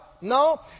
No